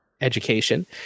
education